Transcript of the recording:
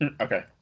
Okay